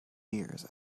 years